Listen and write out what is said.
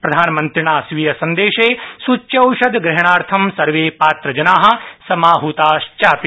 प्रधानमन्त्रिणा स्वीयसंदेश सूच्यौषधग्रहणार्थ सर्वे पात्रजना समाहताश्चापि